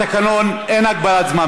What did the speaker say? התקנון, אין הגבלת הזמן.